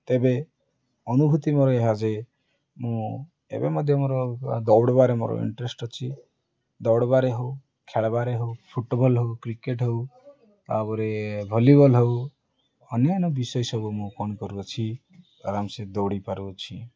ତେବେ ଅନୁଭୂତି ମୋର ଏହା ଯେ ମୁଁ ଏବେ ମଧ୍ୟ ମୋର ଦୌଡ଼ବାରେ ମୋର ଇଣ୍ଟରେଷ୍ଟ ଅଛି ଦୌଡ଼ବାରେ ହଉ ଖେଳିବାରେ ହଉ ଫୁଟବଲ୍ ହଉ କ୍ରିକେଟ୍ ହଉ ତାପରେ ଭଲିବଲ୍ ହଉ ଅନ୍ୟାନ୍ୟ ବିଷୟ ସବୁ ମୁଁ କ'ଣ କରୁଅଛି ଆରାମସେ ଦୌଡ଼ି ପାରୁଅଛି